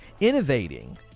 innovating